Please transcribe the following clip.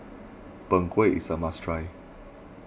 Png Kueh is a must try